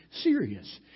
serious